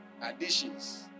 additions